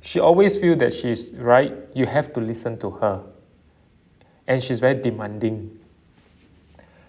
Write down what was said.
she always feel that she's right you have to listen to her and she's very demanding